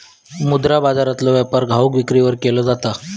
मुद्रा बाजारातलो व्यापार घाऊक विक्रीवर केलो जाता